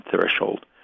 threshold